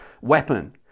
weapon